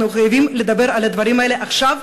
אנחנו חייבים לדבר על הדברים האלה עכשיו,